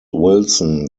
wilson